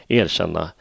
erkänna